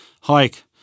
hike